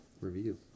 review